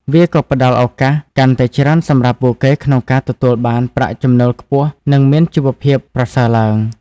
វាក៏ផ្តល់ឱកាសកាន់តែច្រើនសម្រាប់ពួកគេក្នុងការទទួលបានប្រាក់ចំណូលខ្ពស់និងមានជីវភាពប្រសើរឡើង។